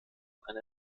eine